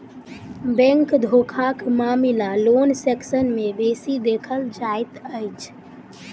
bank धोखाक मामिला loan section मे बेसी देखल जाइत अछि